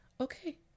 okay